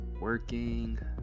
working